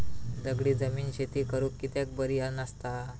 दगडी जमीन शेती करुक कित्याक बरी नसता?